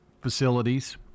facilities